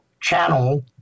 channel